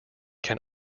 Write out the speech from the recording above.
can